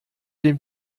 dem